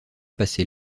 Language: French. passé